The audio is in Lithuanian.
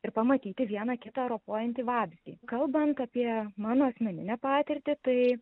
ir pamatyti vieną kitą ropojantį vabzdį kalbant apie mano asmeninę patirtį tai